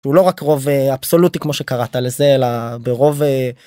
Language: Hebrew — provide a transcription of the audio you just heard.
הוא לא רק רובה אבסולוטי כמו שקראת לזה, אלא ברוב...